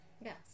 Yes